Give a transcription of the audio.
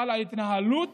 אבל ההתנהלות